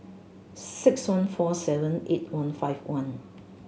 six one four seven eight one five one